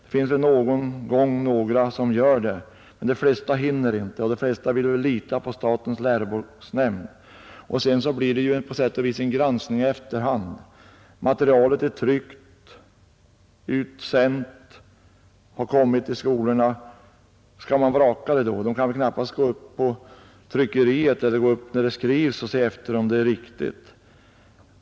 Det finns väl någon gång några som gör det, men de flesta hinner inte och de flesta vill väl lita på statens läroboksnämnd. För övrigt blir det på sätt och vis en granskning i efterhand. Materialet är tryckt, utsänt, har kommit till skolorna. Skall man vraka det då? Man kan väl inte gå upp till tryckeriet eller gå upp när materialet skrivs och se efter om det är riktigt.